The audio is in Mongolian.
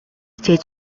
хичээж